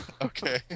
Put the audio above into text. okay